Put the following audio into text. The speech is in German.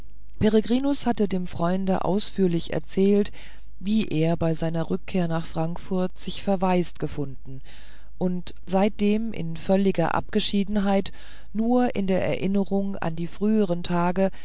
hatte dem freunde ausführlich erzählt wie er bei seiner rückkehr nach frankfurt sich verwaist gefunden und seitdem in völliger abgeschiedenheit nur in der erinnerung an die früheren tage